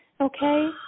okay